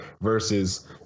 versus